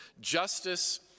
justice